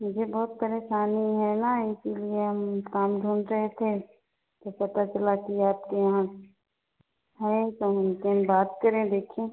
मुझे बहुत परेशानी है न इसीलिए हम काम ढूँढ रहे थे तो पता चला कि आपके यहाँ है तो हम कहें बात करें देखें